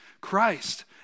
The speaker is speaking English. Christ